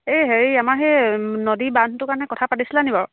এই হেৰি আমাৰ সেই নদী বান্ধটোৰ কাৰণে কথা পাতিছিলনি বাৰু